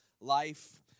life